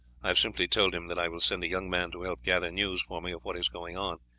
i have simply told him that i will send a young man to help gather news for me of what is going on,